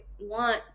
want